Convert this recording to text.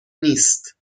نیست